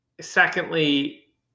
secondly